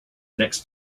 next